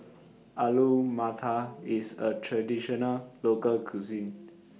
Alu Matar IS A Traditional Local Cuisine